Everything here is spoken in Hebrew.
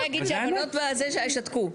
אפשר להגיד שהבנות שתקו.